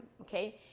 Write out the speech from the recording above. okay